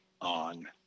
on